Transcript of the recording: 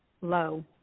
low